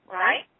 right